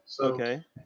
Okay